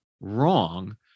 wrong